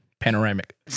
panoramic